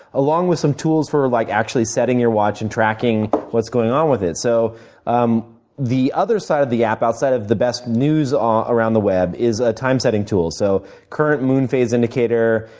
along with some tools for like actually setting your watch and tracking what's going on with it. so um the other side of the app, outside of the best news um around the web, is a time setting tool, so current moon phase indicator,